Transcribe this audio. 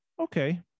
Okay